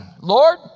Lord